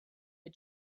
had